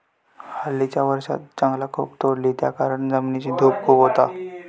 हल्लीच्या वर्षांत जंगला खूप तोडली त्याकारणान जमिनीची धूप खूप जाता